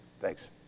thanks